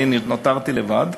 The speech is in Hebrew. נותרתי לבד.